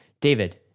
David